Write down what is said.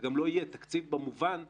וגם לא יהיה; תקציב במובן שלוקח,